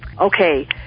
Okay